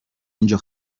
اینجا